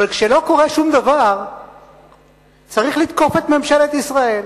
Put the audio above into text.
אבל כשלא קורה שום דבר צריך לתקוף את ממשלת ישראל.